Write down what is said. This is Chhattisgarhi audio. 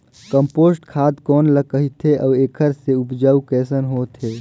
कम्पोस्ट खाद कौन ल कहिथे अउ एखर से उपजाऊ कैसन होत हे?